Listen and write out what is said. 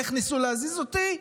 איך ניסו להזיז אותי?